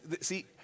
see